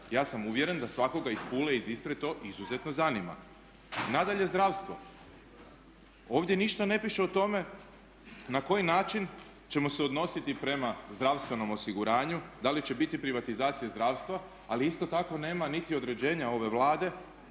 Ja sam uvjeren da svakoga iz Pule, iz Istre to izuzetno zanima. Nadalje zdravstvo. Ovdje ništa ne piše o tome na koji način ćemo se odnositi prema zdravstvenom osiguranju, da li će biti privatizacije zdravstva ali isto tako nema niti određenja ove Vlade